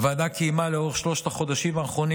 הוועדה קיימה לאורך שלושת החודשים האחרונים